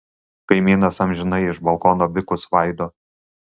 kaimynas amžinai iš balkono bikus svaido